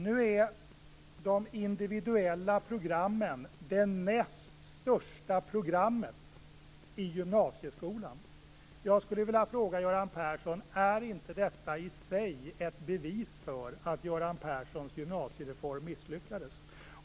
Nu är de individuella programmen den näst största programformen i gymnasieskolan. Är inte detta i sig bevis för att Göran Perssons gymnasiereform misslyckades?